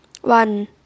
one